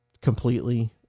Completely